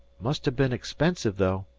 must ha' bin expensive, though.